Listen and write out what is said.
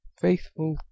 faithful